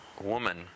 woman